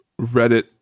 Reddit